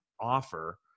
offer